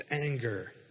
anger